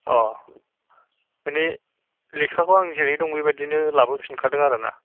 अ मानि लेखाखौ आं जेरै दं बेबायदिनो लाबोफिनखादों आरो ना